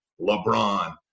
LeBron